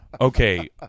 Okay